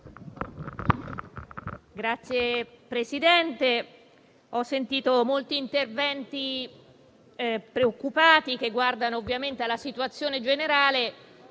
Signor Presidente, ho sentito molti interventi preoccupati che guardano ovviamente alla situazione generale.